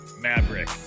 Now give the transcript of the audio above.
Maverick